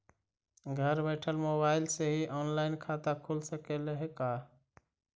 घर बैठल मोबाईल से ही औनलाइन खाता खुल सकले हे का?